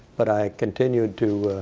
but i continued to